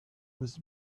was